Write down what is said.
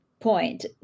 point